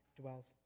dwells